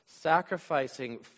sacrificing